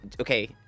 okay